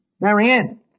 Marianne